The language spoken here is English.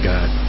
God